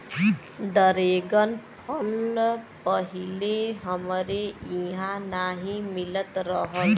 dragon फल पहिले हमरे इहाँ नाही मिलत रहल